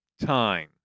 time